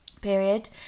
period